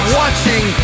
watching